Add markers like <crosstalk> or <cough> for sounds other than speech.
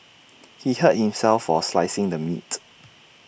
<noise> he hurt himself for slicing the meat